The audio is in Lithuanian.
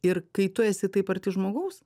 ir kai tu esi taip arti žmogaus